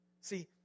See